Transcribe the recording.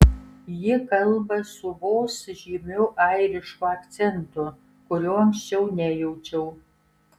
ji kalba su vos žymiu airišku akcentu kurio anksčiau nejaučiau